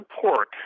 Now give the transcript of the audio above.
pork